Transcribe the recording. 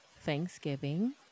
Thanksgiving